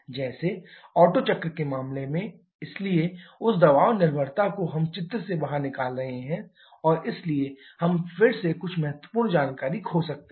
जैसे ओटो चक्र के मामले में इसलिए उस दबाव निर्भरता को हम चित्र से बाहर निकाल रहे हैं और इसलिए हम फिर से कुछ महत्वपूर्ण जानकारी खो सकते हैं